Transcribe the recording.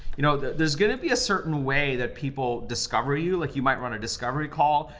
you know, there's gonna be a certain way that people discover you. like you might run a discovery call,